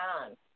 on